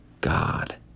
God